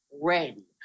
ready